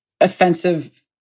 offensive